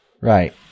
Right